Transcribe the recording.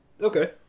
Okay